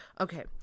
Okay